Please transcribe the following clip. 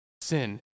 sin